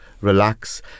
relax